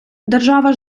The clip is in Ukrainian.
держава